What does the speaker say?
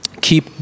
keep